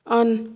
on